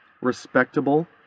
respectable